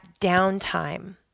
downtime